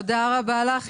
תודה רבה לך.